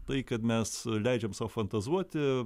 tai kad mes leidžiam sau fantazuoti